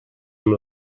amb